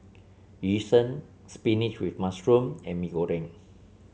Yu Sheng spinach with mushroom and Mee Goreng